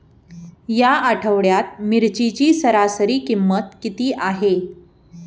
या आठवड्यात मिरचीची सरासरी किंमत किती आहे?